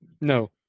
No